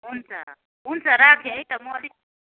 हुन्छ हुन्छ राखेँ है त म अलिक